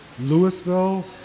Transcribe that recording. Louisville